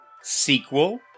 sequel